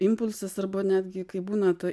impulsas arba netgi kai būna ta